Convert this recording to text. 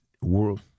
world